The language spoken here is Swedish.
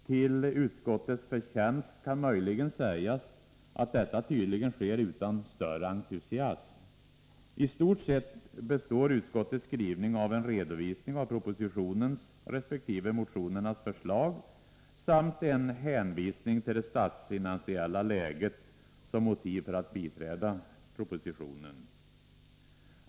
Till utskottets förtjänst kan möjligen sägas att detta tydligen sker utan större entusiasm. I stort sett består utskottets skrivning av en redovisning av propositionens resp. motionernas förslag, samt av en hänvisning till det statsfinansiella läget som motiv för att biträda propositionen.